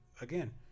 again